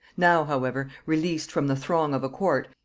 now, however, released from the throng of a court,